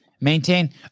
Maintain